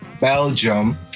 Belgium